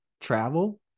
travel